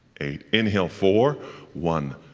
eight, inhale, four one,